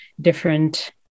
different